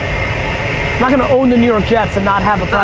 not gonna own the new york jets and not have a